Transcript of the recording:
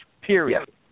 period